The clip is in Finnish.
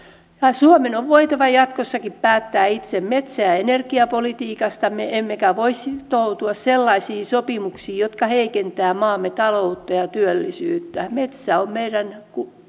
suomen on voitava jatkossakin päättää itse metsä ja ja energiapolitiikastaan emmekä voi sitoutua sellaisiin sopimuksiin jotka heikentävät maamme taloutta ja työllisyyttä metsä on meidän